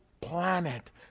planet